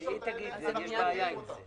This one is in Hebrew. תגידו מה אתם מציעים